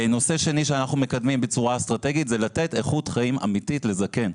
נושא שני שאנחנו מקדמים בצורה אסטרטגית הוא לתת איכות חיים אמיתית לזקן.